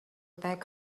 take